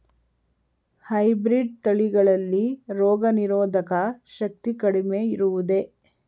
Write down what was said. Hybrid ತಳಿಗಳಲ್ಲಿ ರೋಗನಿರೋಧಕ ಶಕ್ತಿ ಕಡಿಮೆ ಇರುವುದೇ?